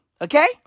Okay